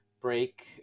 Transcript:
break